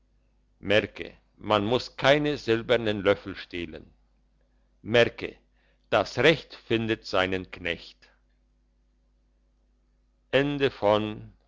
merke man muss keine silbernen löffel stehlen merke das recht findet seinen knecht